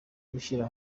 gushyira